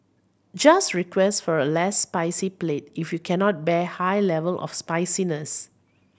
just request for a less spicy plate if you cannot bear high level of spiciness